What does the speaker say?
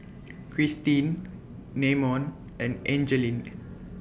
Christene Namon and Angeline